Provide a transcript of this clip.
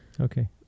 Okay